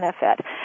benefit